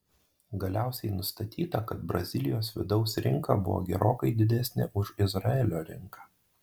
galiausiai nustatyta kad brazilijos vidaus rinka buvo gerokai didesnė už izraelio rinką